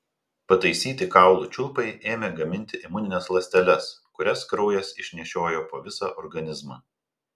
pataisyti kaulų čiulpai ėmė gaminti imunines ląsteles kurias kraujas išnešiojo po visą organizmą